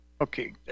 Okay